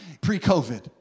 pre-COVID